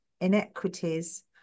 inequities